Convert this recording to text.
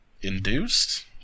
induced